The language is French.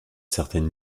certaine